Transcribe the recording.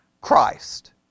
Christ